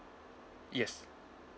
yes